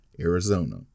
Arizona